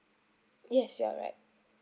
yes you're right